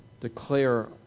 Declare